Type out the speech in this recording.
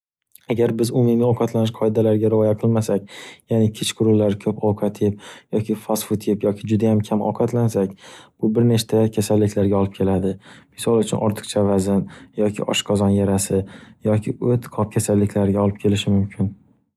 Agar biz umumiy ovqatlanish qoidalariga rioya qilmasak, yaʼni kech qurullari ko'p ovqat yeb, yoki fastfud yeb, yoki juda ham kam ovqatlansak, bu bir nechta kasalliklarga olib keladi, misol uchun ortiqcha vazn, yoki oshqozon yarasi, yoki o't qop kasalliklarga olib kelishi mumkin.